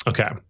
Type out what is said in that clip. Okay